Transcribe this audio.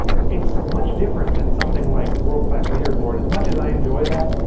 it's much different than something like world class leaderboard as much as i enjoy that,